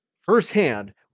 firsthand